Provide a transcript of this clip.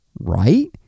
right